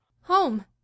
Home